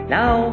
now